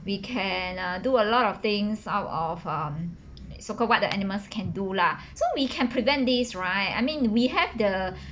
we can uh do a lot of things out of um so called what the animals can't do lah so we can prevent this right I mean we have the